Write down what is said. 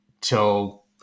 till